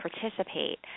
participate